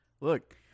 Look